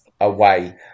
away